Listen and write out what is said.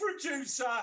producer